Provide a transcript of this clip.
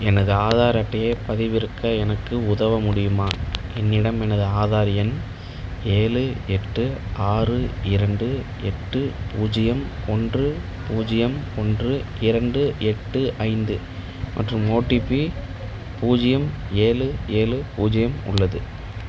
எனது ஆதார் அட்டையைப் பதிவிறக்க எனக்கு உதவ முடியுமா என்னிடம் எனது ஆதார் எண் ஏலு எட்டு ஆறு இரண்டு எட்டு பூஜ்ஜியம் ஒன்று பூஜ்ஜியம் ஒன்று இரண்டு எட்டு ஐந்து மற்றும் ஓடிபி பூஜ்ஜியம் ஏழு ஏழு பூஜ்ஜியம் உள்ளது